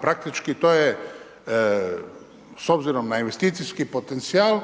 Praktički to je s obzirom na investicijski potencijal